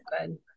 good